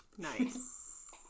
nice